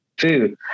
food